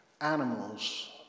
animals